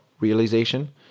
realization